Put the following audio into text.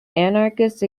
anarchist